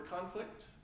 conflict